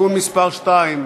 (תיקון מס' 2),